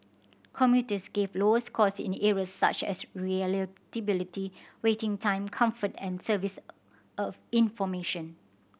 commuters gave lower scores in areas such as reliability waiting time comfort and service of information